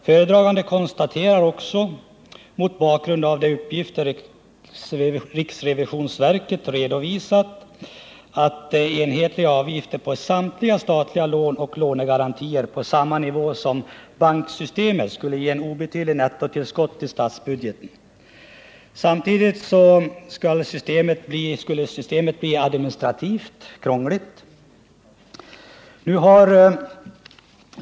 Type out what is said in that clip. Föredraganden konstaterar också, mot bakgrund av de uppgifter riksrevisionsverket redovisat, att enhetliga avgifter på samtliga statliga lån och lånegarantier på samma nivå som i banksystemet skulle ge ett obetydligt nettotillskott till statsbudgeten. Vidare skulle systemet bli administrativt krångligt.